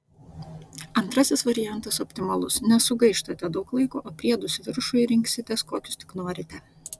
antrasis variantas optimalus nesugaištate daug laiko o priedus viršui rinksitės kokius tik norite